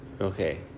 Okay